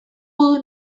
gudu